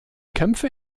kämpfe